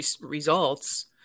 results